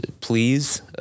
please